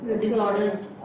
disorders